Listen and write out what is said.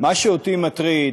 מה שאותי מטריד,